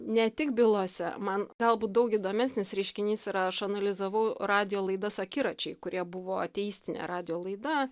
ne tik bylose man galbūt daug įdomesnis reiškinys ir aš analizavau radijo laidas akiračiai kurie buvo ateistinė radijo laida